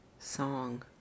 song